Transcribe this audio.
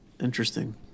Interesting